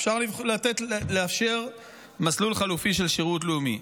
אפשר לאפשר מסלול חלופי של שירות לאומי.